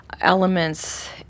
elements